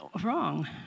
Wrong